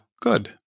good